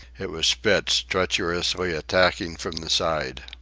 it was spitz, treacherously attacking from the side.